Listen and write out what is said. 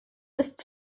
ist